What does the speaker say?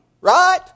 right